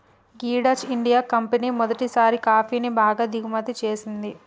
గీ Dutch India company మొదటిసారి కాఫీని బాగా దిగుమతి చేసింది